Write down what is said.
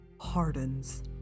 hardens